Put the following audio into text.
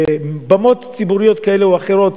בבמות ציבוריות כאלה או אחרות,